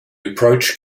approach